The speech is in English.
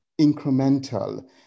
incremental